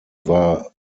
war